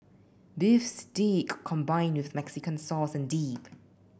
beef steak combined with Mexican sauce and dip